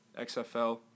XFL